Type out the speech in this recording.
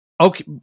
Okay